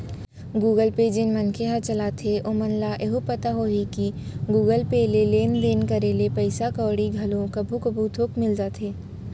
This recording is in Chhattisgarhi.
गुगल पे जेन मनखे हर चलाथे ओमन ल एहू पता होही कि गुगल पे ले लेन देन करे ले पइसा कउड़ी घलो कभू कभू थोक मिल जाथे